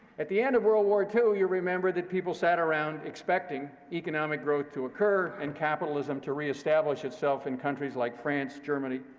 at the end of world war ii, you remember that people sat around expecting economic growth to occur and capitalism to reestablish itself in countries like france, germany,